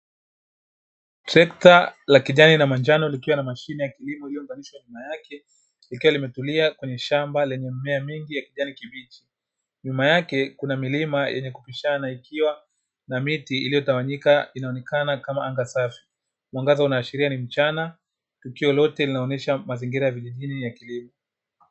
Treka la Kijani na manjano likiwa na mashine ya kilimo lililounganishwa nyuma yake, ikiwa limetulia kwenye shamba lenye mimea mingi yenye kijani kibichi, nyuma yake kuna milima yenye kupishana ikiwa na miti iliyotawanyika inaonekana kama anga safi, mwangaza unaashiria ni mchana ,tukio lote linaonyesha mazingira ya vijijini ya kilimo .